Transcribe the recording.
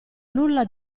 nulla